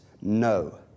No